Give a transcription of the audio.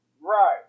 Right